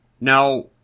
Now